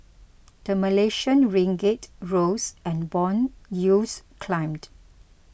the Malaysian Ringgit rose and bond yields climbed